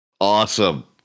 Awesome